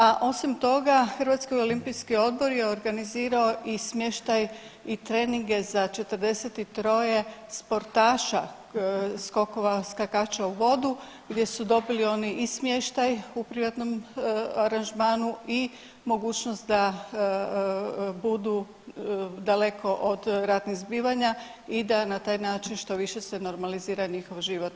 A osim toga Hrvatski olimpijski odbor je organizirao i smještaj i treninge za 43 sportaša skokova, skakača u vodu gdje su dobili oni i smještaj u privatnom aranžmanu i mogućnost da budu daleko od ratnih zbivanja i da na taj način što više se normalizira njihov život.